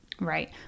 Right